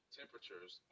temperatures